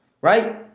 Right